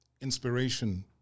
inspiration